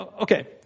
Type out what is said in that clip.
okay